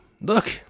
look